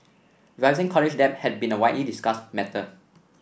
rising college debt has been a widely discussed matter